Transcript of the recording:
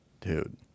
Dude